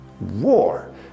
War